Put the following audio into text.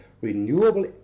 renewable